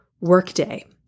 workday